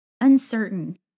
uncertain